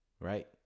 Right